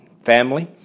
family